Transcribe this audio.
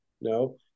no